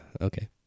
Okay